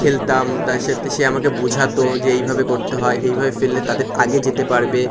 খেলতাম তার সাথে সে আমাকে বোঝাতো যে এইভাবে করতে হয় এইভাবে ফেললে তাদের আগে যেতে পারবে